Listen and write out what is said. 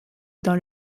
dans